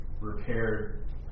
repaired